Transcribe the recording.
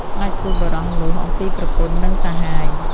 ស្ដេចសួរបុរសនោះអំពីប្រពន្ធនិងសហាយ។